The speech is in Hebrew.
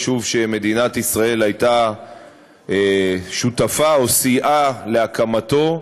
יישוב שמדינת ישראל הייתה שותפה או סייעה להקמתו,